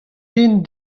den